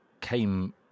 came